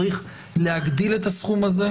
צריך להגדיל את הסכום הזה,